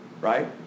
Right